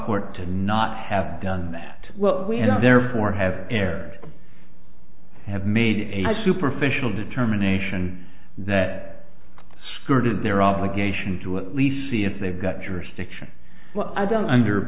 court to not have done that well we have therefore have air i have made a superficial determination that skirted their obligation to at least see if they've got jurisdiction but i don't under